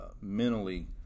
mentally